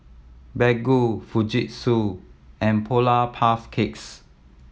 Baggu Fujitsu and Polar Puff Cakes